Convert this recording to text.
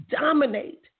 dominate